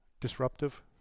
disruptive